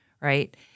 right